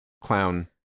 clown